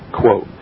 Quote